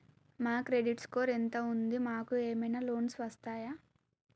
మా credit score ఎంత ఉంది? మాకు ఏమైనా లోన్స్ వస్తయా?